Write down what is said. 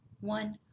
one